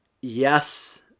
Yes